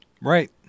Right